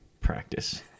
Practice